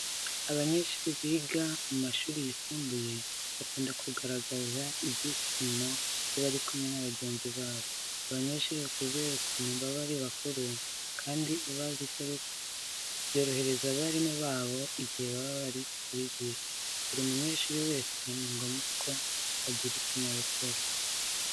Abanyeshuri biga mu mashuri yisumbuye bakunda kugaragaza ibyishimo iyo bari kumwe na bagenzi babo. Aba banyeshuri kubera ukuntu baba ari bakuru kandi bazi icyo gukora, byorohereza abarimu babo igihe baba bari kubigisha. Buri munyeshuri wese ni ngombwa ko agira ikinyabupfura.